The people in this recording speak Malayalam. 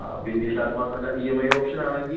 mm okay okay